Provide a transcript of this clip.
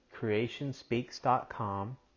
creationspeaks.com